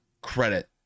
credit